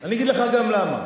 אני אגיד לך גם למה,